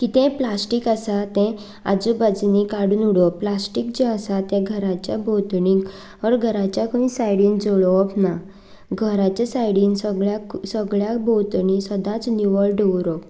कितें प्लास्टीक आसा तें आजू बाजुनी काडून उडोवप प्लास्टीक जें आसा तें घराच्या भोंवतणीं ऑर घराच्या खंय सायडीन जळोवप ना घराच्या सायडीन सगळ्याक सगळ्या भोंवतणीं सदांच निवळ दवरप